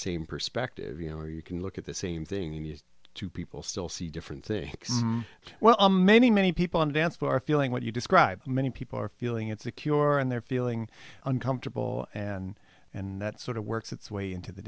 same perspective you know or you can look at the same thing you used to people still see different things well in many many people on the dance floor feeling what you describe many people are feeling it secure in their feeling uncomfortable and and that sort of works its way into the